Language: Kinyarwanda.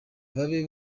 babe